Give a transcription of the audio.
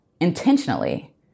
intentionally